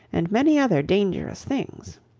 and many other dangerous things.